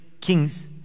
kings